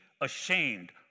ashamed